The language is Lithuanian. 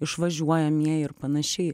išvažiuojamieji ir panašiai